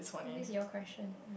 this is your question